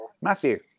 Matthew